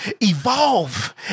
evolve